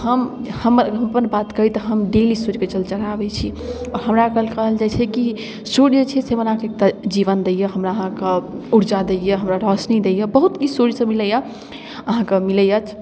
हम हम अपन बात कही तऽ हम डेली सूर्यके जल चढ़ाबै छी आओर हमरा ओहिठाम कहल जाइ छै कि सूर्य जे छै से बड़ा जीवन दैए हमरा अहाँके उर्जा दैए हमरा रोशनी दैए बहुत किछु सूर्यसँ मिलैए अहाँके मिलैए